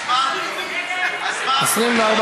התשע"ו 2016, נתקבל.